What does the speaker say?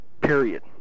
period